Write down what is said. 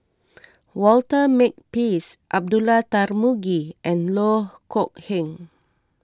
Walter Makepeace Abdullah Tarmugi and Loh Kok Heng